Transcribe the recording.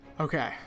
Okay